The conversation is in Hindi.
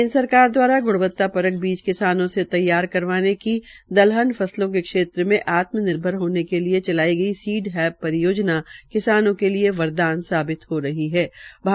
केन्द्र सरकार दवारा ग्णवत्तापरक बीज किसानों से तैयार करवाने की दल्हन फसलों के खेत्र में आत्मनिर्भर होने के लिए चलाई गई सीड हब परियोनजा किसानों के लिये बरदान के लिए वरदान साबित हो रही हे